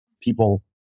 people